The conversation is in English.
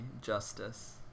Justice